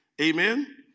Amen